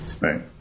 right